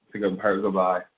goodbye